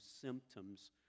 symptoms